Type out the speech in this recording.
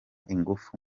ingufu